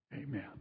Amen